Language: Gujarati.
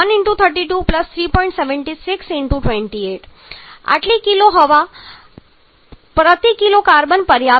76 × 28 આટલી કિલો હવા પ્રતિ કિલો કાર્બન પર્યાપ્ત છે